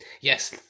yes